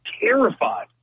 terrified